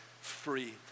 free